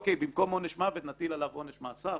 אוקיי, במקום עונש מוות, נטיל עליו עונש מאסר.